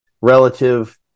relative